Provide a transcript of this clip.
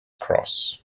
cross